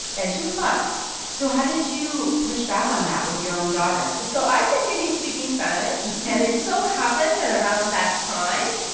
and she was five point so how did you push back on that with your own daughter? so i continued speaking spanish. and it so happened that around that time,